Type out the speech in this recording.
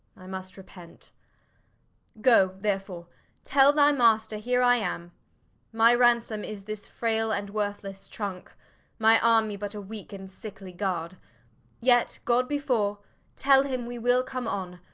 i must repent goe therefore tell thy master, heere i am my ransome, is this frayle and worthlesse trunke my army, but a weake and sickly guard yet god before tell him we will come on,